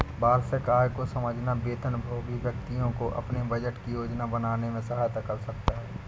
वार्षिक आय को समझना वेतनभोगी व्यक्तियों को अपने बजट की योजना बनाने में सहायता कर सकता है